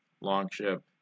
longship